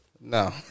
No